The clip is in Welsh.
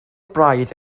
braidd